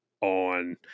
on